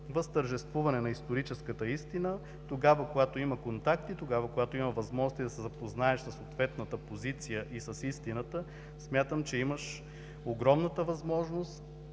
възтържествуване на историческата истина. Тогава, когато има контакти, когато има възможности да се запознаеш със съответната позиция и с истината, смятам, че имаш огромната възможност